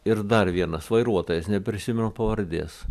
ir dar vienas vairuotojas neprisimenu pavardės